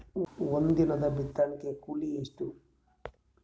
ಒಂದಿನದ ಬಿತ್ತಣಕಿ ಕೂಲಿ ಎಷ್ಟ?